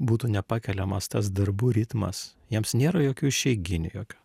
būtų nepakeliamas tas darbų ritmas jiems nėra jokių išeiginių jokio